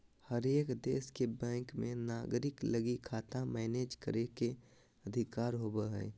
हरेक देश के बैंक मे नागरिक लगी खाता मैनेज करे के अधिकार होवो हय